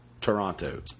Toronto